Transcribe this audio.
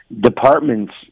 Departments